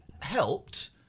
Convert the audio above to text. helped